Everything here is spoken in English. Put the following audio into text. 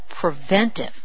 preventive